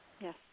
Yes